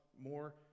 more